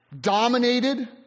dominated